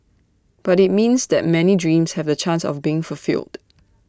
but IT means that many dreams have the chance of being fulfilled